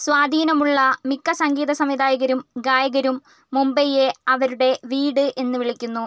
സ്വാധീനമുള്ള മിക്ക സംഗീതസംവിധായകരും ഗായകരും മുംബൈയെ അവരുടെ വീട് എന്ന് വിളിക്കുന്നു